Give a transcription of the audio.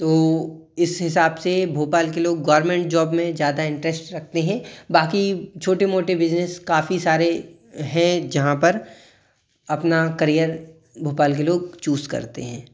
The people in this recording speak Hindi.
तो इस हिसाब से भोपाल के लोग गौरमेंट जॉब में ज़्यादा इंटरेस्ट रखते हैं बाकी छोटे मोटे बिज़नेस काफ़ी सारे हैं जहाँ पर अपना करियर भोपाल के लोग चूज़ करते हैं